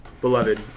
Beloved